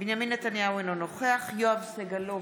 בנימין נתניהו, אינו נוכח יואב סגלוביץ'